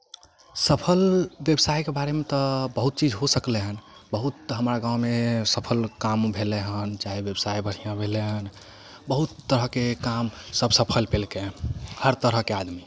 देखियौ सफल बेबसायके बारेमे तऽ बहुत चीज हो सकलै हन बहुत हमरा गाममे सफल काम भेलै हन चाहे बेबसाय बढ़िऑं भेलै हन बहुत तरहके काम सब सफल केलकै हर तरहके आदमी